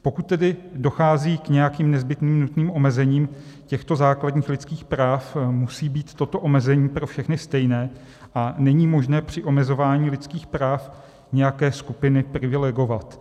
Pokud tedy dochází k nějakým nezbytným nutným omezením těchto základních lidských práv, musí být toto omezení pro všechny stejné a není možné při omezování lidských práv nějaké skupiny privilegovat.